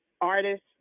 artist